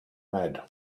mad